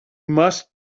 must